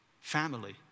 family